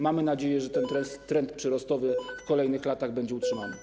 Mamy nadzieję, że ten trend przyrostowy w kolejnych latach będzie utrzymany.